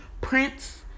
prince